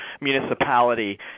municipality